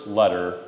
letter